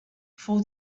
fou